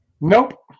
Nope